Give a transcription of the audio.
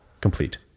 complete